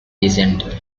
descent